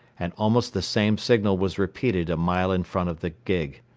and almost the same signal was repeated a mile in front of the gig.